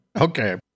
Okay